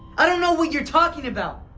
i don't know what you're talking about.